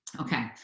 okay